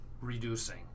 reducing